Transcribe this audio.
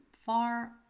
far